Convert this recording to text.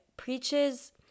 Preaches